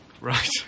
right